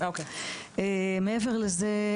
מעבר לזה,